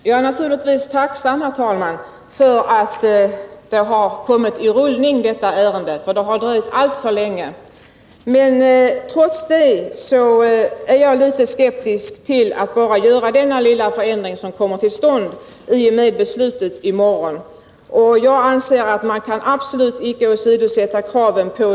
Vid flera tillfällen har det uppstått diskussioner om huruvida Samhällsföretag plagierat produkttillverkning av olika slag. Vid ett företag i Jönköpings län har man tillverkat sågbockar och levererat på den svenska marknaden. Enligt uppgift har nu Samhällsföretag plagierat denna produkt och marknadsfört densamma.